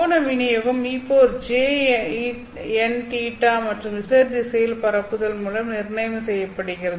கோண விநியோகம் ejηØ மற்றும் Z திசையில் பரப்புதல் மூலம் நிர்ணயம் செய்யப்படுகிறது